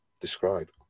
describe